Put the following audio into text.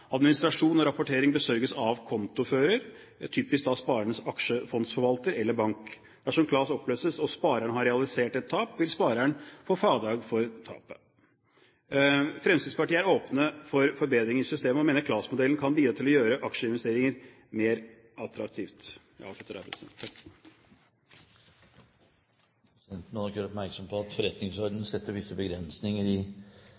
Administrasjon og rapportering besørges av kontofører, typisk sparerens aksjefondsforvalter eller bank. Dersom KLAS oppløses og spareren har realisert et tap, vil spareren få fradrag for tapet. Fremskrittspartiet er åpne for forbedringer i systemet og mener KLAS-modellen kan bidra til å gjøre aksjeinvesteringer mer attraktivt. Presidenten må nok gjøre oppmerksom på at forretningsordenen